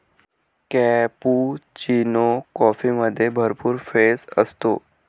cappuccino कॉफीमध्ये भरपूर फेस असतो